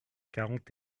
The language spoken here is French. quarante